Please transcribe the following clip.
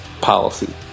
policy